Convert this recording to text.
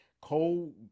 Cole